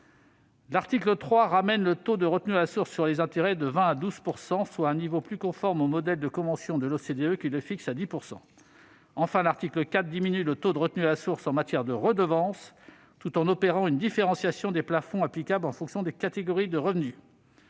L'article 3 réduit le taux de retenue à la source sur les intérêts de 20 % à 12 %, soit à un niveau plus conforme au modèle de convention de l'OCDE, qui le fixe à 10 %. Enfin, l'article 4 diminue les taux de retenue à la source en matière de redevances, tout en opérant une différenciation des plafonds applicables en fonction des catégories de revenus.